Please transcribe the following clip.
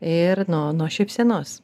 ir nuo nuo šypsenos